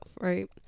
Right